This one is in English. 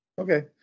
Okay